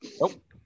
Nope